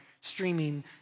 streaming